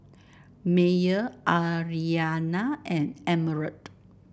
Meyer Aryanna and Emerald